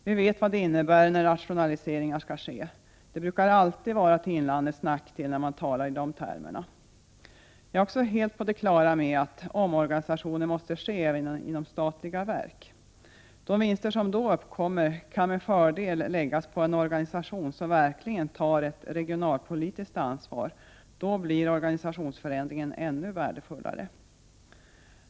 Vi vet vad det innebär när rationaliseringar skall ske. Det brukar alltid vara till inlandets nackdel, när man talar i de termerna. Jag är också helt på det klara med att en omorganisation måste ske inom de statliga verken. De vinster som då uppkommer kan med fördel läggas på en organisation som verkligen tar ett regionalpolitiskt ansvar. Då blir organisationsförändringen ännu värdefullare.